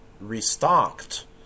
restocked